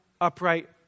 upright